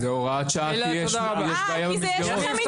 זאת הוראת שעה כי יש בעיה במסגרות.